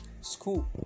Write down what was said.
school